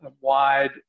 wide